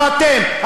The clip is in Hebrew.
לא אתם,